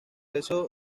eso